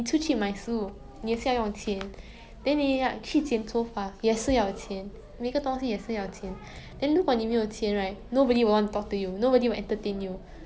then 那种比较有钱人 it's like even if they make some mistakes people will like close a blind like close one eye that kind 这样子